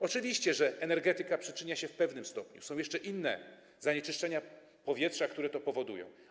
Oczywiście energetyka przyczynia się do tego w pewnym stopniu, są jeszcze inne zanieczyszczenia powietrza, które to powodują.